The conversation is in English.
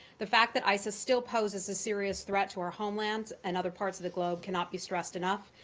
the fact that isis still poses a serious threat to our homeland and other parts of the globe cannot be stressed enough.